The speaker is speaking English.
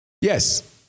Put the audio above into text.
yes